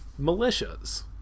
Militias